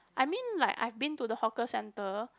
I mean like I've been to the hawker centre